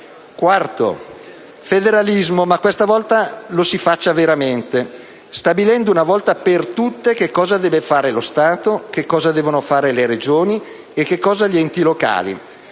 Quarto: federalismo. Ma questa volta lo si faccia veramente stabilendo, una volta per tutte, che cosa deve fare lo Stato, che cosa devono fare le Regioni e che cosa gli enti locali.